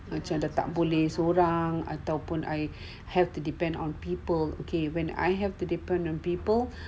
macam dah tak boleh seorang ataupun I have to depend on people okay when I have to depend on people